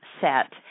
set